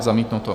Zamítnuto.